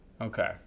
Okay